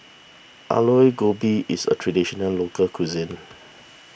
Alu Gobi is a Traditional Local Cuisine